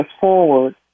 forward